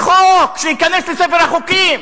בחוק שייכנס לספר החוקים?